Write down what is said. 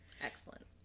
Excellent